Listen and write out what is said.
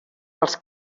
els